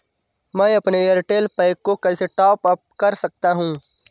मैं अपने एयरटेल पैक को कैसे टॉप अप कर सकता हूँ?